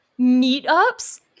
meetups